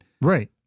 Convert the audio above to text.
right